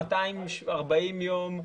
240 ימים,